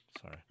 sorry